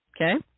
Okay